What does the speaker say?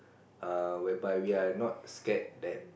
err whereby we are not scared that